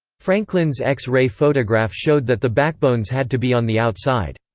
franklin's x-ray photograph showed that the backbones had to be on the outside.